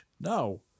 No